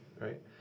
right